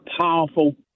powerful